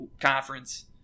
conference